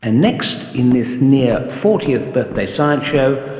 and next in this near fortieth birthday science show,